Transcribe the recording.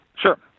Sure